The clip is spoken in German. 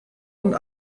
und